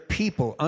people